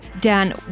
Dan